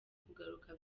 kugaruka